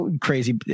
Crazy